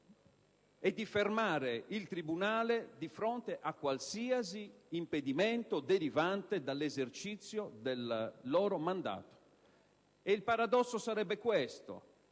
e di fermare il tribunale di fronte a qualsiasi impedimento derivante dall'esercizio del loro mandato. Il paradosso sarebbe questo: